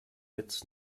jetzt